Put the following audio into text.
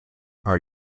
are